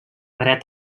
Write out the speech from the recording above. dret